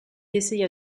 essaya